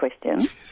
question